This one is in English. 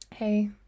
Hey